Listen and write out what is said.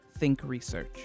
thinkresearch